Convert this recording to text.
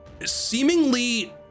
seemingly